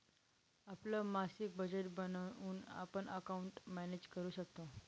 आपलं मासिक बजेट बनवून आपण अकाउंट मॅनेज करू शकतो